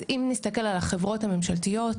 אז אם נתסכל על החברות הממשלתיות,